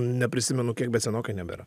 neprisimenu kiek bet senokai nebėra